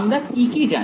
আমরা কি কি জানি